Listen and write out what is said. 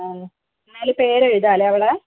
ആ എന്നാൽ പേരെഴുതാം അല്ലേ അവളെ